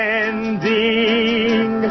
ending